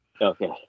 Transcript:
Okay